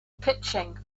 pitching